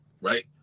right